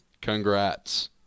Congrats